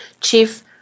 Chief